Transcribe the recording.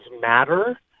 matter